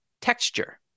texture